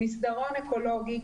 מסדרון אקולוגי.